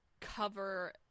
cover